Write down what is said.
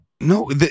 No